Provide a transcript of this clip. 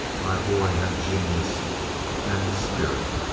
my boy had genius and spirit.